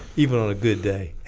even on a good day